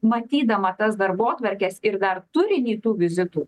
matydama tas darbotvarkes ir dar turinį tų vizitų